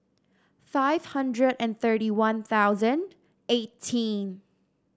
five hundred and thirty One Thousand eighteen